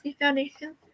Foundation